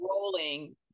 rolling